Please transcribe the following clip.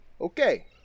Okay